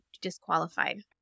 disqualified